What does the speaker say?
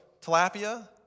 tilapia